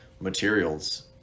materials